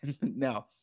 No